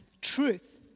truth